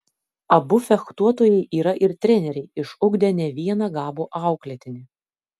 abu fechtuotojai yra ir treneriai išugdę ne vieną gabų auklėtinį